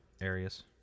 areas